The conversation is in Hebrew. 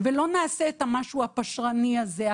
ולא נעשה את המשהו הפשרני הזה,